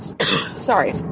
Sorry